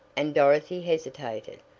and dorothy hesitated,